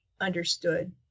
understood